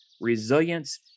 resilience